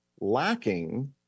lacking